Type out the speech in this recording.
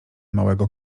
małego